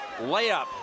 layup